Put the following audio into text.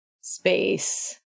space